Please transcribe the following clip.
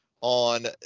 on